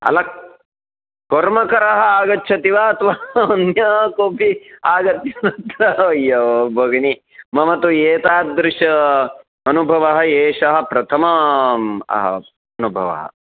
अल कर्मकरः आगच्छति वा अथवा अन्य कोपि आगत्य भगिनी मम तु एतादृशः अनुभवः एषः प्रथमः अनुभवः